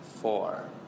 four